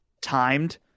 timed